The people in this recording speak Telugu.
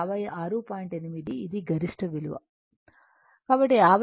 8 ఇది గరిష్ట విలువ కాబట్టి 56